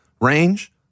range